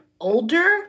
older